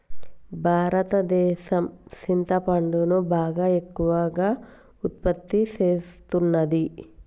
భారతదేసం సింతపండును బాగా ఎక్కువగా ఉత్పత్తి సేస్తున్నది